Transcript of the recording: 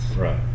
right